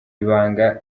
ibanga